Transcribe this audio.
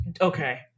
Okay